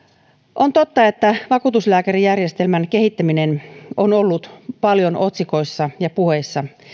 on totta että vakuutuslääkärijärjestelmän kehittäminen on ollut paljon otsikoissa ja puheissa